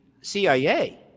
cia